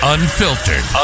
Unfiltered